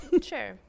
Sure